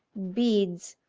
beads,